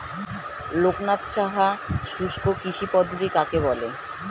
লোকনাথ সাহা শুষ্ককৃষি পদ্ধতি কাকে বলে?